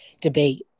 debate